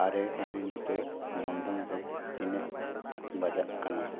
ᱟᱨᱮ ᱚᱞᱤ ᱱᱤᱛᱳᱜ ᱞᱚᱱᱰᱚᱱ ᱨᱮ ᱛᱤᱱᱟᱹᱜ ᱵᱟᱡᱟᱜ ᱠᱟᱱᱟ